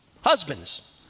Husbands